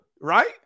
right